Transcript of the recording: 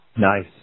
Nice